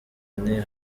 nti